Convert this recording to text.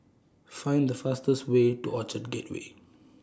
Find The fastest Way to Orchard Gateway